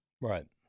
Right